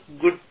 good